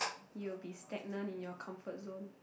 you'll be stagnant in your comfort zone